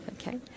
Okay